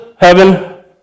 heaven